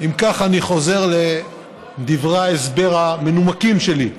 אם כך, אני חוזר לדברי ההסבר המנומקים שלי.